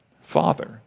father